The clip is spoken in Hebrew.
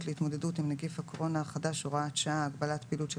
להתמודדות עם נגיף הקורונה החדש (הוראת שעה) (הגבלת פעילות של